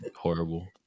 horrible